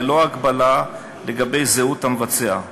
ללא הגבלה לגבי זהות המבצע.